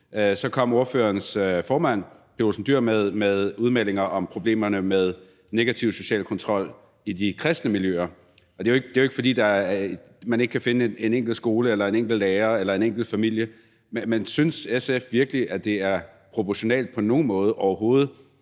det kom ordførerens formand, Pia Olsen Dyhr, på et tidspunkt med udmeldinger om problemerne med negativ social kontrol i de kristne miljøer, og det er jo ikke, fordi man ikke kan finde det på en enkelt skole eller hos en enkelt lærer eller en enkelt familie. Men synes SF virkelig, det overhovedet og på nogen måde er